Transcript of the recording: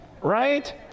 right